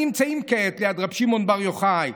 הנמצאים כעת ליד רבי שמעון בר יוחאי,